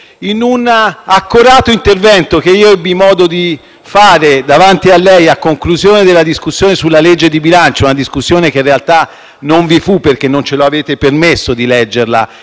In un accorato intervento che ebbi modo di fare davanti a lei a conclusione della discussione sulla legge di bilancio - discussione che in realtà non vi fu, perché non ci avete permesso di leggerla